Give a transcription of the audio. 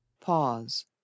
Pause